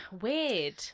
weird